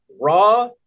raw